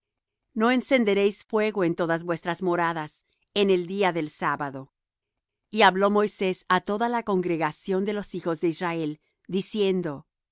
no encenderéis fuego en todas vuestras moradas en el día del sábado y habló moisés á toda la congregación de los hijos de israel diciendo